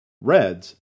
Reds